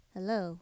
Hello